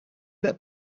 that